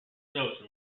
note